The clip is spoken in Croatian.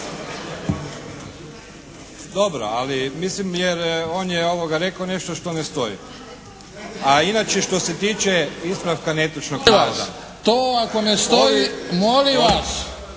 Dobro, ali mislim jer on je rekao nešto što ne stoji. A inače što se tiče ispravka netočnog navoda, … **Bebić, Luka